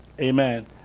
Amen